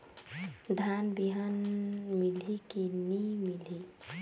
धान बिहान मिलही की नी मिलही?